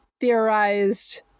theorized